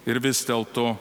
ir vis dėlto